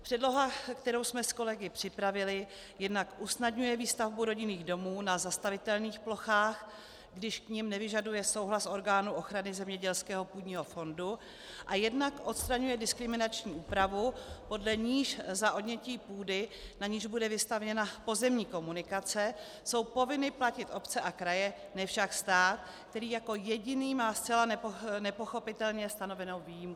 Předloha, kterou jsme s kolegy připravili, jednak usnadňuje výstavbu rodinných domů na zastavitelných plochách, když k nim nevyžaduje souhlas orgánu ochrany zemědělského půdního fondu, a jednak odstraňuje diskriminační úpravu, podle níž za odnětí půdy, na níž bude vystavěna pozemní komunikace, jsou povinny platit obce a kraje, ne však stát, který jako jediný má zcela nepochopitelně stanovenou výjimku.